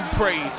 pray